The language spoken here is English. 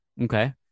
okay